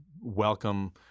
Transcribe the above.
welcome—